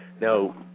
Now